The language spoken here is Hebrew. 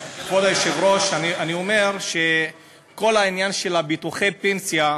היושב-ראש, אני אומר שכל העניין של ביטוחי הפנסיה,